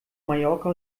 mallorca